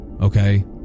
Okay